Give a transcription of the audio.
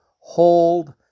Hold